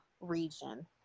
region